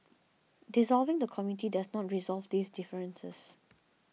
dissolving the committee does not resolve these differences